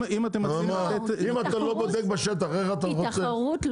אם אתה לא בודק בשטח איך אתה חושב שזה ייפתר?